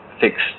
fixed